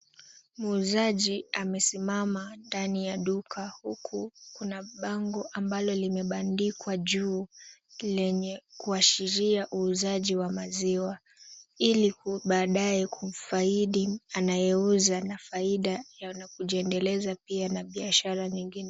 Muuzaji amesimama ndani ya duka huku kuna bango ambalo limebandikwa juu lenye kuashiria uuzaji wa maziwa ili baadae kufaidi anayeuza na faida ya kujiendeleza pia na biashara nyingine.